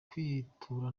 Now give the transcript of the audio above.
kwitura